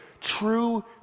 true